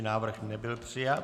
Návrh nebyl přijat.